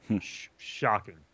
Shocking